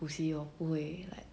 补习我不会 like